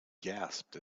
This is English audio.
gasped